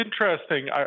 interesting